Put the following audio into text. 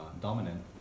dominant